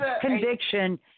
conviction